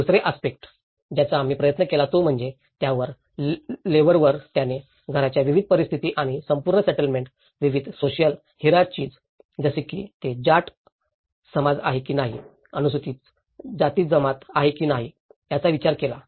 दुसरे आस्पेक्ट ज्याचा आम्ही प्रयत्न केला तो म्हणजे त्या लेवलवर त्याने घराच्या विविध परिस्थिती आणि संपूर्ण सेटलमेंट विविध सोशिअल हिरार्चिज जसे की ते जाट समाज आहे की नाही अनुसूचित जाती जमात आहे की नाही याचा विचार केला